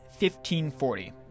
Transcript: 1540